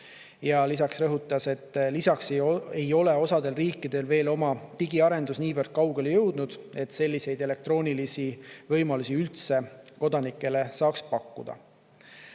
ja lisaks rõhutas, et osal riikidel ei ole veel oma digiarendus niivõrd kaugele jõudnud, et selliseid elektroonilisi võimalusi üldse kodanikele saaks pakkuda.